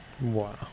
Wow